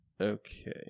Okay